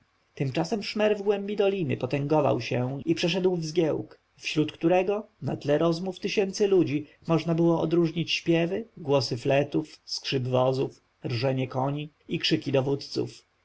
tymczasem szmer w głębi doliny potęgował się i przeszedł w zgiełk wśród którego na tle rozmów tysięcy ludzi można było odróżnić śpiewy głosy fletów skrzyp wozów rżenie koni i krzyki dowódców